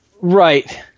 right